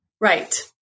Right